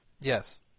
Yes